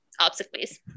Obsequies